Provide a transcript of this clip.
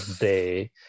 day